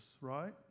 right